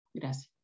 Gracias